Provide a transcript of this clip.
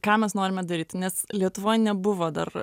ką mes norime daryti nes lietuvoj nebuvo dar